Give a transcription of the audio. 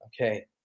Okay